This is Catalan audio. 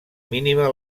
mínima